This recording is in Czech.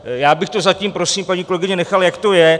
Já bych to zatím, prosím, paní kolegyně, nechal, jak to je.